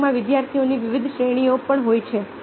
વર્ગમાં વિદ્યાર્થીઓની વિવિધ શ્રેણીઓ પણ હોય છે